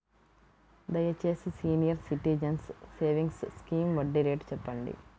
దయచేసి senior citizens savings scheme వడ్డీ rate చెప్పండి